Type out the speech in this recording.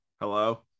Hello